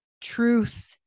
truth